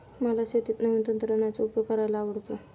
मला शेतीत नवीन तंत्रज्ञानाचा उपयोग करायला आवडतो